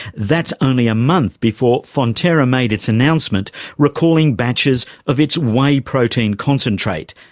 that's only a month before fonterra made its announcement recalling batches of its whey protein concentrate,